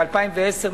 ב-2010,